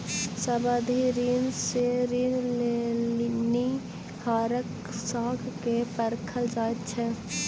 सावधि ऋण सॅ ऋण लेनिहारक साख के परखल जाइत छै